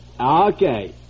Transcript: Okay